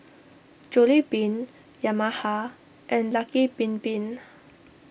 Jollibean Yamaha and Lucky Bin Bin